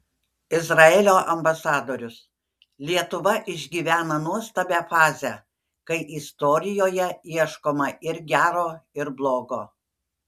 izraelio ambasadorius lietuva išgyvena nuostabią fazę kai istorijoje ieškoma ir gero ir blogo